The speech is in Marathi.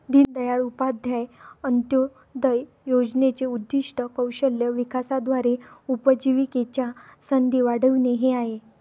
दीनदयाळ उपाध्याय अंत्योदय योजनेचे उद्दीष्ट कौशल्य विकासाद्वारे उपजीविकेच्या संधी वाढविणे हे आहे